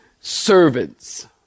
servants